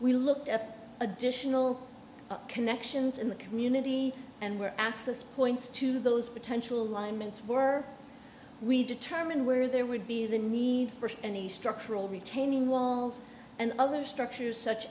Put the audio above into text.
we looked at additional connections in the community and were access points to those potential lineman's were we determine where there would be the need for any structural retaining walls and other structures such